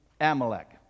Amalek